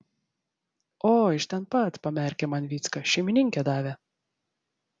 o iš ten pat pamerkė man vycka šeimininkė davė